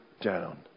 down